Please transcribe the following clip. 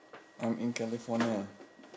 I'm in california